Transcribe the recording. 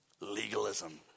legalism